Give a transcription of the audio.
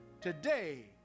Today